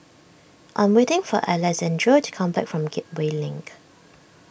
I'm waiting for Alexandro to come back from Gateway Link